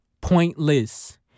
pointless